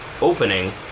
opening